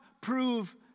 prove